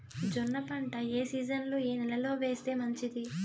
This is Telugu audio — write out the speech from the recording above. జొన్న పంట ఏ సీజన్లో, ఏ నెల లో వేస్తే మంచిది?